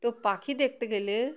তো পাখি দেখতে গেলে